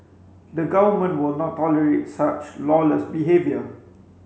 the Government will not tolerate such lawless behaviour